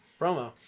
Promo